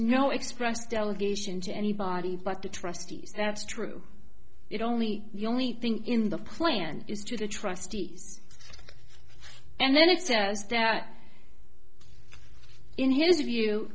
no express delegation to anybody but the trustees that's true it only the only thing in the plan is to the trustees and then it says that in his view